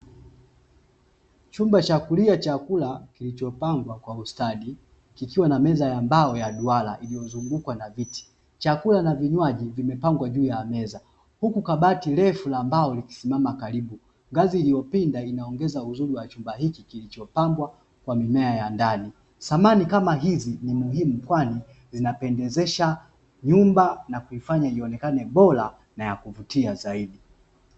Chumba cha kulia chakula kilichopangwa kwa ustadi, kikiwa na meza ya mbao ya duara iliyozungukwa na viti, chakula na vinywaji vimepangwa juu ya meza huku kabati refu la mbao likisimama karibu, ngazi iliyopinda inaongeza uzuri wa chumba hichi kilichopambwa kwa mimea ya ndani. Samani kama hizi ni. muhimu kwani zinapendezesha nyumba na kuifanya ionekane bora na ya kuvutia zaidi.